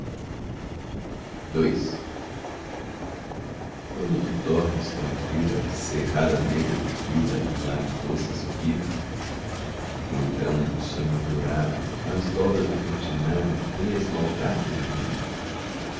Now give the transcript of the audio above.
mim quando tu dormes tranqüila cerrada a negra pupila e o lábio doce a sorrir então o sonho dourado nas dobras do cortinado vem esmaltar teu dormir